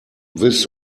willst